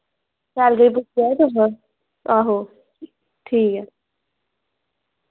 शैल करियै पुच्छेओ नी तुस आहो ठीक ऐ